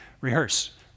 rehearse